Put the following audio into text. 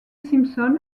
simpson